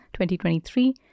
2023